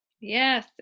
Yes